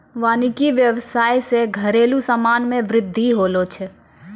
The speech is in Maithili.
वानिकी व्याबसाय से घरेलु समान मे बृद्धि होलो छै